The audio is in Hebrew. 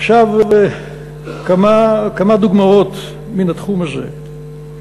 עכשיו, כמה דוגמאות מן התחום הזה.